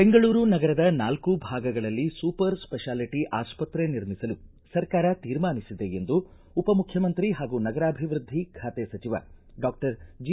ಬೆಂಗಳೂರು ನಗರದ ನಾಲ್ಕು ಭಾಗಗಳಲ್ಲಿ ಸೂಪರ್ ಸ್ವೆಷಾಲಿಟಿ ಆಸ್ಪತ್ರೆ ನಿರ್ಮಿಸಲು ಸರ್ಕಾರ ತೀರ್ಮಾನಿಸಿದೆ ಎಂದು ಉಪಮುಖ್ಯಮಂತ್ರಿ ಹಾಗೂ ನಗರಾಭಿವೃದ್ದಿ ಖಾತೆ ಸಚಿವ ಡಾಕ್ಷರ್ ಜಿ